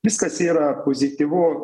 viskas yra pozityvu